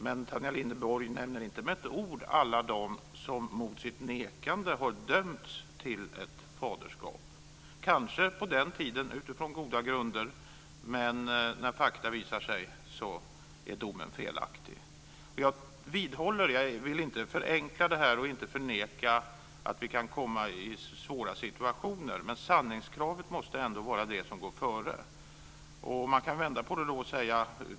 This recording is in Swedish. Men Tanja Linderborg nämner inte med ett ord alla dem som mot sitt nekande har dömts till ett faderskap, kanske på den tiden utifrån goda grunder, som när fakta kommit fram visat sig vara felaktigt. Jag vill inte förenkla det här och inte förneka att vi kan komma i svåra situationer, men sanningskravet måste ändå gå före. Man kan vända på det.